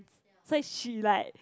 so is she like